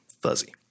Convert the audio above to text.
fuzzy